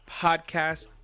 podcast